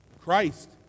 Christ